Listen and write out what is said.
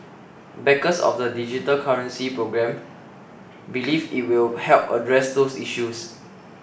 backers of the digital currency programme believe it will help address those issues